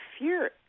fear